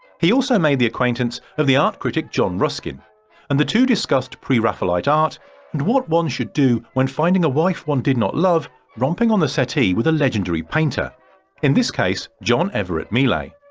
he also made the acquaintance of the art critic john ruskin and the two discussed pre-raphaelite art and what one should do when finding a wife, one did not love romping on the settee with a legendary painter in this case john everett millais.